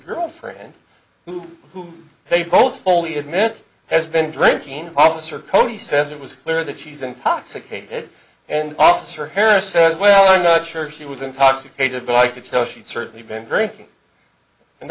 girlfriend who who paid both fully admit has been drinking and officer cody says it was clear that she's intoxicated and officer harris said well i'm not sure she was intoxicated but i could tell she's certainly been drinking and